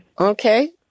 Okay